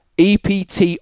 EPT